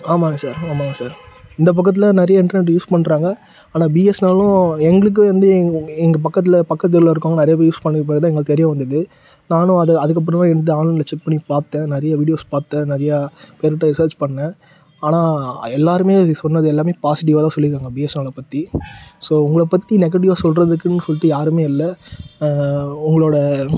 ஆமாம்ங்க சார் ஆமாம்ங்க சார் இந்த பக்கத்தில் நிறைய இன்டர்நெட் யூஸ் பண்ணுறாங்க ஆனால் பிஎஸ்என்எல்லும் எங்களுக்கு வந்து எங்க எங்கள் பக்கத்தில் பக்கத்தில் இருக்கவங்க நிறைய பேர் யூஸ் பண்ண பிறகு தான் எங்களுக்கு தெரிய வந்தது நானும் அதை அதுக்கு பின்னால் இருந்து ஆன்லைனில் செக் பண்ணி பார்த்தேன் நிறைய விடியோஸ் பார்த்தேன் நிறைய பேர்ட்ட ரிசேர்ச் பண்ணேன் ஆனால் எல்லோருமே சொன்னது எல்லாமே பாசிட்டிவாக தான் சொல்லியிருக்காங்க பிஎஸ்என்எல்லை பற்றி ஸோ உங்களை பற்றி நெகட்டிவாக சொல்றதுக்குன்னு சொல்லிட்டு யாருமே இல்லை உங்களோடய